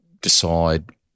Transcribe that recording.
decide